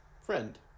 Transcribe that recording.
friend